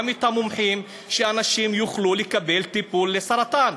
גם את המומחים שאנשים יוכלו לקבל טיפול לסרטן.